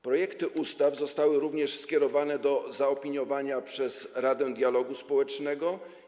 Projekty ustaw zostały również skierowane do zaopiniowania przez Radę Dialogu Społecznego.